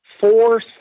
four